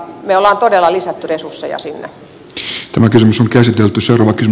me olemme todella lisänneet resursseja sinne